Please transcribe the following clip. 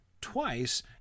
twice